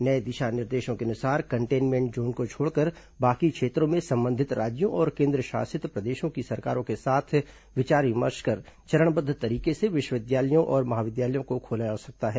नये दिशा निर्देशों के अनुसार कंटेनमेंट जोन को छोड़कर बाकी क्षेत्रों में संबंधित राज्यों और केन्द्रशासित प्रदेशों की सरकारों के साथ विचार विमर्श कर चरणबद्व तरीके से विश्वविद्यालयों और महाविद्यालयों को खोला जा सकता है